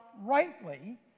rightly